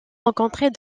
rencontrés